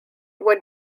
would